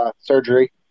surgery